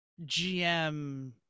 gm